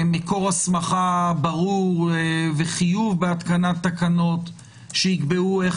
מקור הסמכה ברור וחיוב בהתקנת תקנות שיקבעו איך